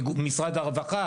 משרד הרווחה